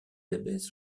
abbesses